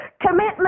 Commitment